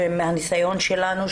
ומהניסיון שלנו,